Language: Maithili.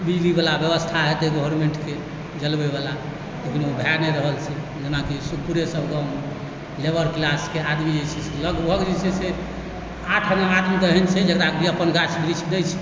बिजलीवला व्यवस्था हेतै गवर्मेंटके जलबैवला लेकिन ओ भए नहि रहल छै जेनाकि सुखपुरे सब गाममे लेबर क्लासके आदमी जे छै से लगभग जे छै से आठअना आदमी तऽ एहन छै जकरा कि अपन गाछ वृक्ष नहि छै